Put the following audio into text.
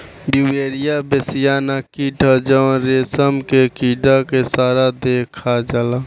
Beauveria bassiana कीट ह जवन रेशम के कीड़ा के सारा देह खा जाला